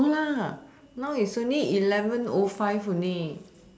no lah now is only eleven o five only